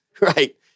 right